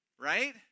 Right